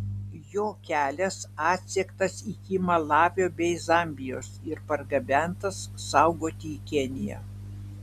jo kelias atsektas iki malavio bei zambijos ir pargabentas saugoti į keniją